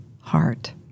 heart